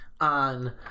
on